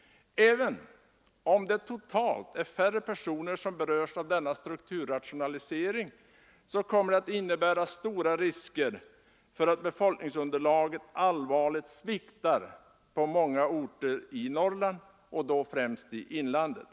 Även om det totalt är färre personer som berörs av denna strukturrationalisering kommer det att innebära stora risker för att befolkningsunderlaget allvarligt sviktar på många orter i Norrland, då främst i inlandet.